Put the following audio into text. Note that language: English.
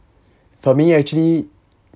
for me actually